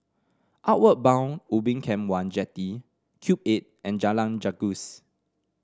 Outward Bound Ubin Camp one Jetty Cube Eight and Jalan Gajus